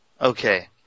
Okay